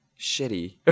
shitty